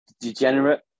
degenerate